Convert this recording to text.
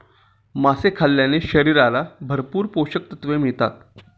मासे खाल्ल्याने शरीराला भरपूर पोषकतत्त्वे मिळतात